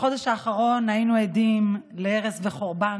בחודש האחרון היינו עדים להרס וחורבן